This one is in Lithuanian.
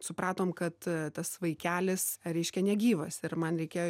supratom kad tas vaikelis reiškia negyvas ir man reikėjo